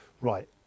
right